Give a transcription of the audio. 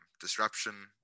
disruption